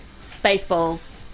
Spaceballs